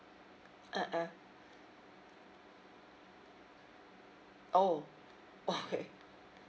ah ah oh okay